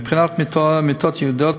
מבחינת מיטות ייעודיות,